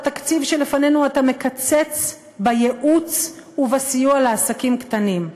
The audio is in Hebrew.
בתקציב שלפנינו אתה מקצץ בייעוץ ובסיוע לעסקים קטנים.